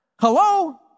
hello